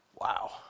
Wow